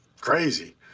crazy